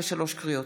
לשלוש קריאות.